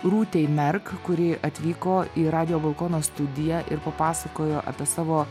rūtei merk kuri atvyko į radijo balkono studiją ir papasakojo apie savo